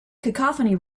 cacophony